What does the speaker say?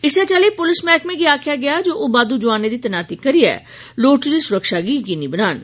इस्सै चाल्ली पुलस मैह्कमे गी आखेआ गेआ जे ओह् बाद्धू जवानें दी तैनाती करियै लोड़चदी सुरक्षा गी यकीनी बनान